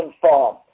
farm